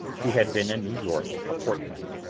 who had been in new york a fortnight,